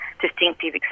distinctive